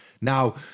Now